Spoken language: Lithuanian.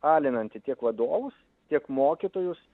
alinanti tiek vadovus tiek mokytojus